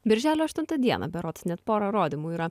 birželio aštuntą dieną berods net pora rodymų yra